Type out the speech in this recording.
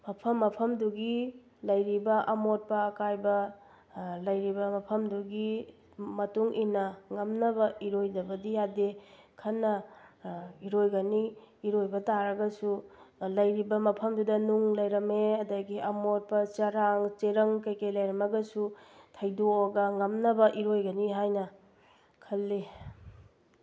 ꯃꯐꯝ ꯃꯐꯝꯗꯨꯒꯤ ꯂꯩꯔꯤꯕ ꯑꯃꯣꯠꯄ ꯑꯀꯥꯏꯕ ꯂꯩꯔꯤꯕ ꯃꯐꯝꯗꯨꯒꯤ ꯃꯇꯨꯡ ꯏꯟꯅ ꯉꯝꯅꯕ ꯏꯔꯣꯏꯗꯕꯅꯤ ꯌꯥꯗꯦ ꯈꯟꯅ ꯏꯔꯣꯏꯒꯅꯤ ꯏꯔꯣꯏꯕ ꯇꯥꯔꯁꯨ ꯂꯩꯔꯤꯕ ꯃꯐꯝꯗꯨꯗ ꯅꯨꯡ ꯂꯩꯔꯝꯃꯦ ꯑꯗꯒꯤ ꯑꯃꯣꯠꯄ ꯆꯔꯥꯡ ꯆꯦꯔꯪ ꯀꯔꯤ ꯀꯔꯤ ꯂꯩꯔꯝꯃꯒꯁꯨ ꯊꯩꯗꯣꯛꯑꯒ ꯉꯝꯅꯕ ꯏꯔꯣꯏꯒꯅꯤ ꯍꯥꯏꯅ ꯈꯜꯂꯤ